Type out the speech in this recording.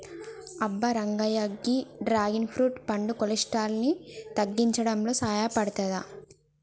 అబ్బ రంగయ్య గీ dragon fruit పండు కొలెస్ట్రాల్ ని తగ్గించడంలో సాయపడతాది